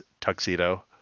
tuxedo